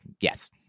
Yes